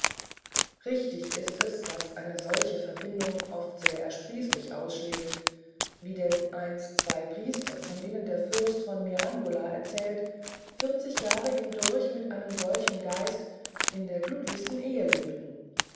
richtig ist es daß eine solche verbindung oft sehr ersprießlich ausschlägt wie denn einst zwei priester von denen der fürst von mirandola erzählt vierzig jahre hindurch mit einem solchen geist in der glücklichsten ehe lebten